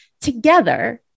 together